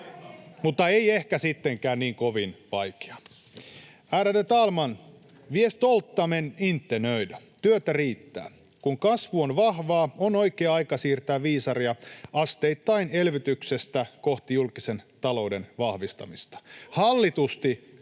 mutta ei ehkä sittenkään niin kovin vaikea. Ärade talman! Vi är stolta men inte nöjda. Työtä riittää. Kun kasvu on vahvaa, on oikea aika siirtää viisaria asteittain elvytyksestä kohti julkisen talouden vahvistamista, hallitusti,